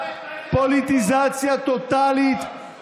פוליטיזציה טוטלית,